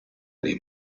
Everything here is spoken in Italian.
dei